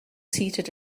seated